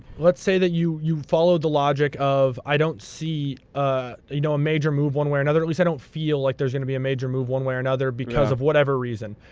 let's say that you you follow the logic of, i don't see ah you know a major move one way or another, or at least i don't feel like there's going to be a major move one way or another because of whatever reason.